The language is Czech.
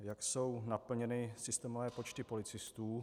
Jak jsou naplněny systémové počty policistů?